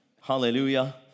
Hallelujah